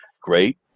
Great